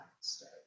start